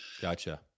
Gotcha